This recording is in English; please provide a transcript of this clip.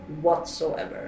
whatsoever